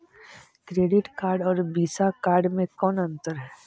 Credit card और visa card मे कौन अन्तर है?